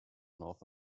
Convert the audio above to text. north